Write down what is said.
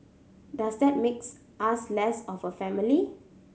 does that make us less of a family